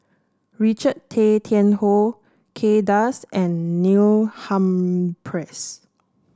Richard Tay Tian Hoe Kay Das and Neil Humphreys